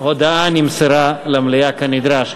ההודעה נמסרה למליאה כנדרש.